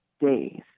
days